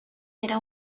era